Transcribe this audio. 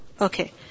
Okay